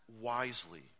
wisely